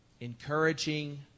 encouraging